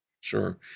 Sure